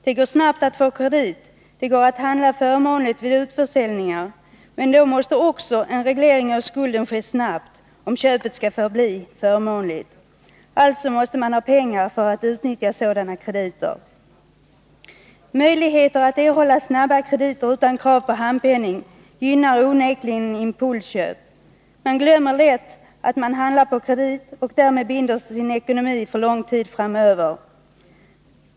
Det går snabbt att få kredit, det går att handla förmånligt vid utförsäljningar — men då måste också en reglering av skulden ske snabbt, om köpet skall förbli förmånligt. Alltså måste man ha pengar för att utnyttja sådana krediter. Möjligheter att erhålla snabba krediter utan krav på handpenning gynnar onekligen impulsköp. Man glömmer lätt att man handlar på kredit och därmed binder sin ekonomi för lång tid framöver.